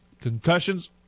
concussions